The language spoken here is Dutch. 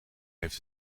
heeft